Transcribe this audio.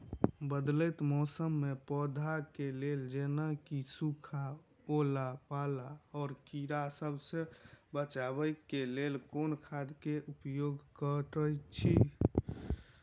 बदलैत मौसम मे पौधा केँ लेल जेना की सुखा, ओला पाला, आ कीड़ा सबसँ बचबई केँ लेल केँ खाद केँ उपयोग करऽ छी?